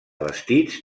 vestits